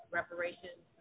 reparations